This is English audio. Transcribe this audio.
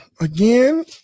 Again